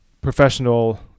professional